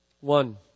One